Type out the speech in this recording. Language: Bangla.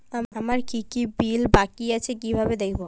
আমার কি কি বিল বাকী আছে কিভাবে দেখবো?